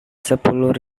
sepuluh